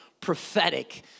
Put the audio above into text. prophetic